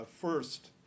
first